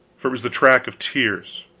for it was the track of tears.